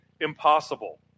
impossible